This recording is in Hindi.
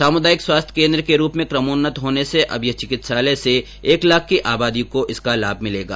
सामुदायिक स्वास्थ्य केंद्र के रूप में क्रमोन्नत होने से अब इस चिकित्सालय से एक लाख आबादी को इसका लाभ मिलेगा